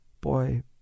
boy